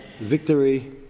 victory